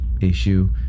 issue